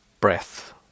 breath